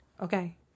Okay